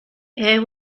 air